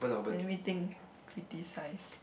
let me think criticize